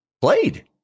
played